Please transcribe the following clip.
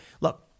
Look